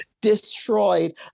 destroyed